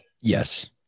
yes